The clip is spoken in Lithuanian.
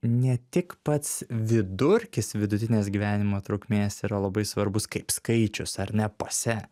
ne tik pats vidurkis vidutinės gyvenimo trukmės yra labai svarbus kaip skaičius ar ne pase